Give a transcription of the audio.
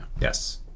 Yes